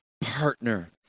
partner